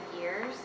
years